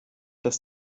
das